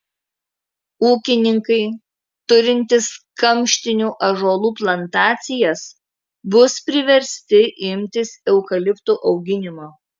ūkininkai turintys kamštinių ąžuolų plantacijas bus priversti imtis eukaliptų auginimo